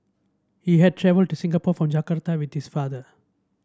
he had travelled to Singapore from Jakarta with his father